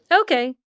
Okay